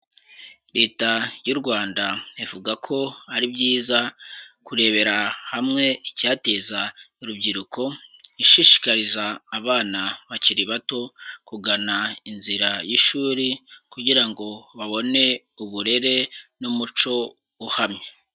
Leta y'u Rwanda ivuga ko ari byiza kurebera hamwe icyateza urubyiruko, ishishikariza abana bakiri bato kugana inzira y'ishuri kugira ngo babone uburere n'umuco uhamye.